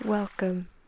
Welcome